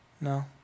No